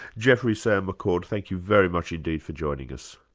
geoffrey sayre-mccord, thank you very much indeed for joining us.